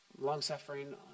long-suffering